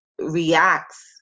reacts